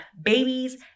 babies